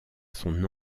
son